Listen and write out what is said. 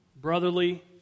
brotherly